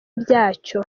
byacyo